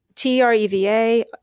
T-R-E-V-A